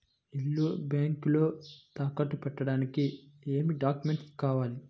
ఇల్లు బ్యాంకులో తాకట్టు పెట్టడానికి ఏమి డాక్యూమెంట్స్ కావాలి?